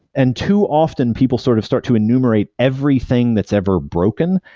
and too often, people sort of start to enumerate everything that's ever broken,